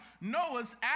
Noah's